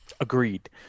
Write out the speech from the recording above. Agreed